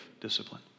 discipline